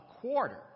quarter